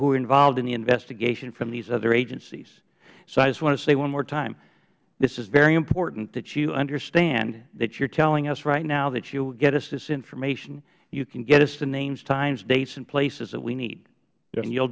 who were involved in the investigation from these other agencies so i just want to say one more time this is very important that you understand that you are telling us right now that you will get us this information you can get us the names times dates and places that we need and you